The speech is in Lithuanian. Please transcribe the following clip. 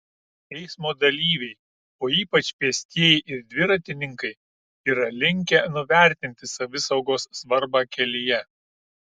eismo dalyviai o ypač pėstieji ir dviratininkai yra linkę nuvertinti savisaugos svarbą kelyje